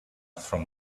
from